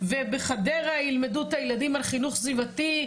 ובחדרה ילמדו את הילדים על חינוך סביבתי,